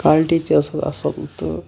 quality تہِ ٲسۍ اتھ اَصل تہٕ